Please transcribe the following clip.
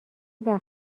وقت